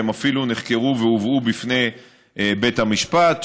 והם אפילו נחקרו והובאו בפני בית המשפט,